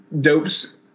Dope's